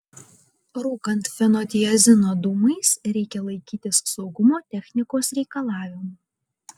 rūkant fenotiazino dūmais reikia laikytis saugumo technikos reikalavimų